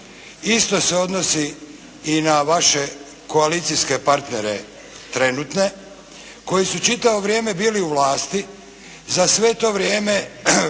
Isto se odnosi i na vaše koalicijske partnere trenutne, koji su čitavo vrijeme bili u vlasti, za sve to vrijeme